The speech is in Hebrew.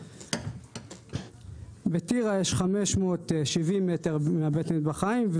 בטירה יש 570 מהבית מטבחיים,